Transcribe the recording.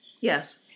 Yes